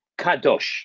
Kadosh